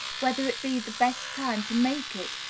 whether it be the best time to make it,